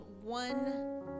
one